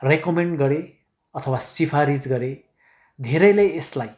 recommend गरे अथवा सिफारिस गरे धेरैले यसलाई